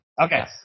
Okay